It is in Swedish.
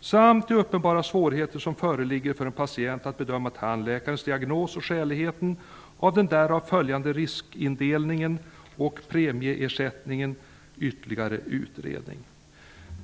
samt de uppenbara svårigheter som föreligger för en patient att bedöma tandläkarens diagnos och skäligheten av den därav följande riskindelningen och premiesättningen ytterligare utredning.''